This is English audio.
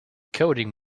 coding